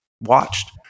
watched